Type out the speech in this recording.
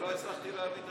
לא הצלחתי להבין את